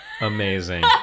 Amazing